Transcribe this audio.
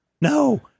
no